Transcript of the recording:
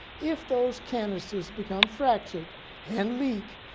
if those canisters become fractured and leak,